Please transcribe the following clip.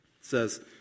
says